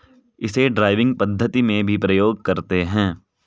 इसे ड्राइविंग पद्धति में भी प्रयोग करते हैं